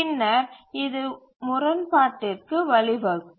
பின்னர் இது முரண்பாட்டிற்கு வழிவகுக்கும்